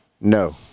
No